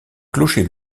clocher